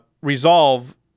resolve